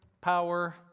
power